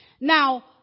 Now